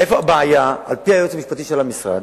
איפה הבעיה, על-פי היועץ המשפטי של המשרד?